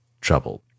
trouble